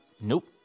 nope